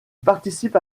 participe